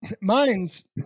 Mines